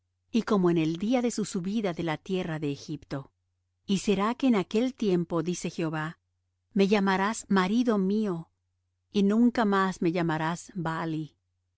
y como en el día de su subida de la tierra de egipto y será que en aquel tiempo dice jehová me llamarás marido mío y nunca más me llamarás baali